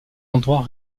endroit